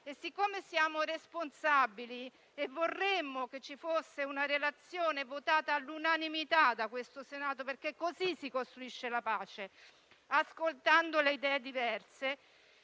Siccome siamo responsabili e vorremmo che ci fosse una risoluzione votata all'unanimità da questo Senato (perché così si costruisce la pace, ascoltando le idee diverse),